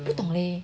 不懂 leh